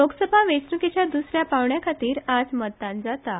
लोकसभा वेंचणूकेच्या दुसऱ्या पावंड्याखातीर आज मतदान जाता